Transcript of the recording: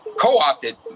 co-opted